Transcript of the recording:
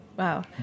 Wow